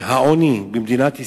העוני במדינת ישראל.